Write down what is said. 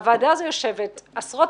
הוועדה הזו יושבת עשרות,